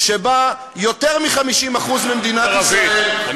שבה יותר מ-50% ממדינת ישראל, אני לא נגד ערבית.